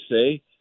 say—